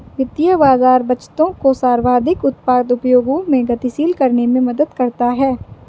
वित्तीय बाज़ार बचतों को सर्वाधिक उत्पादक उपयोगों में गतिशील करने में मदद करता है